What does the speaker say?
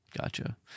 Gotcha